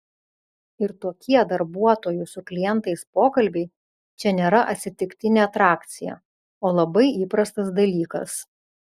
ir tokie darbuotojų su klientais pokalbiai čia nėra atsitiktinė atrakcija o labai įprastas dalykas